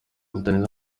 kitarenze